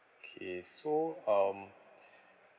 K so um